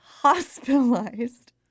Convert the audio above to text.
hospitalized